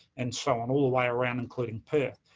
and so on, all the way around including perth.